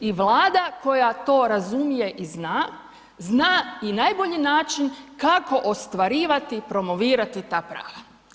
I Vlada koja to razumije i zna, zna i najbolji način kako ostvarivati i promovirati ta prava.